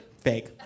Fake